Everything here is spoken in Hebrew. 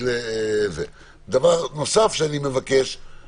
בנוסף, אנו רוצים